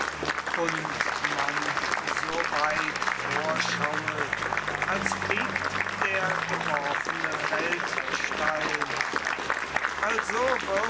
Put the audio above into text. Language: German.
und man so weit vorschauet als fliegt der geworfene feldstein also